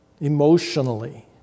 emotionally